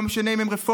לא משנה אם הם רפורמים,